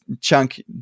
chunk